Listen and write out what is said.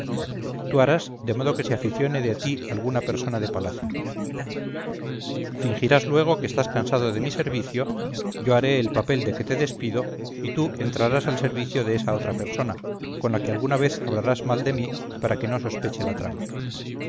tú harás de modo que se aficione de ti alguna persona de palacio fingirás luego que estás cansado de mi servicio yo haré el papel de que te despido y tú entrarás al servicio de esa otra persona con la que alguna vez hablarás mal de mí para que no sospeche la trama